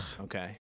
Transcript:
Okay